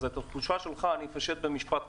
את התחושה שלך אני אפשט במשפט קצר.